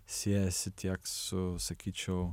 siejasi tiek su sakyčiau